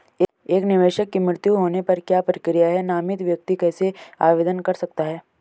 एक निवेशक के मृत्यु होने पर क्या प्रक्रिया है नामित व्यक्ति कैसे आवेदन कर सकता है?